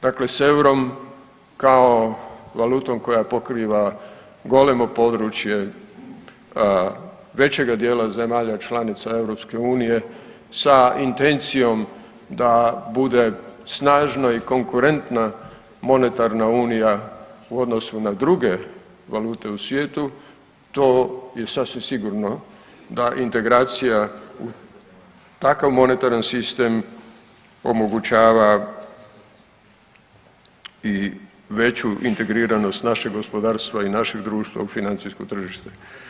Dakle s eurom kao valutom koja pokriva golemo područje većega dijela zemalja članica EU sa intencijom da bude snažna i konkurentna monetarna unija u odnosu na druge valute u svijetu, to je sasvim sigurno da integracija u takav monetarni sistem omogućava i veću integriranost našeg gospodarstva i našeg društva u financijsko tržište.